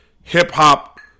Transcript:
hip-hop